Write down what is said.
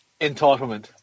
entitlement